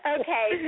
Okay